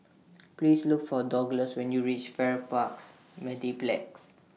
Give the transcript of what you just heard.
Please Look For Douglas when YOU REACH Farrer Parks Mediplex